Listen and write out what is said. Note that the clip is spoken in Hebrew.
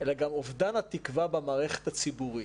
אלא גם אובדן התקווה במערכת הציבורית,